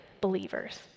believers